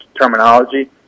terminology